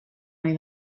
ohi